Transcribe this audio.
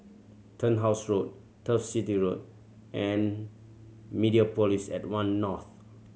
Turnhouse Road Turf City Road and Mediapolis at One North